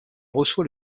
reçoit